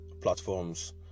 platforms